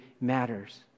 matters